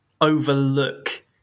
overlook